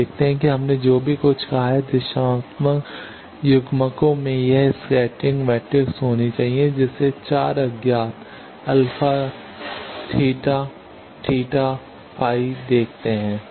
आप देखते हैं कि हमने जो कुछ भी कहा है दिशात्मक युग्मकों में यह स्कैटरिंग मैट्रिक्स होना चाहिए जिसे आप 4 अज्ञात अल्फा α बीटा θ थीटा θ फाइ φ देखते हैं